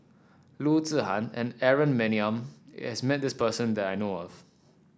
Loo Zihan and Aaron Maniam has met this person that I know of